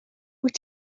wyt